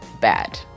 bad